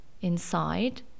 inside